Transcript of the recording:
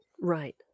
Right